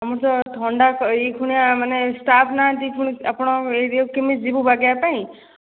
ଆମର ତ ଥଣ୍ଡା ଏଇକ୍ଷିଣା ମାନେ ଷ୍ଟାପ୍ ନାହାନ୍ତି ପୁଣି ଆପଣଙ୍କ ଏରିଆକୁ କେମିତି ଯିବୁ ବାଗେଇବା ପାଇଁ